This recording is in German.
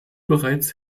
bereits